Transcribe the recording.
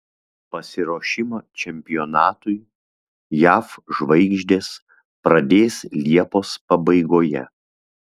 pasiruošimą čempionatui jav žvaigždės pradės liepos pabaigoje